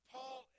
Paul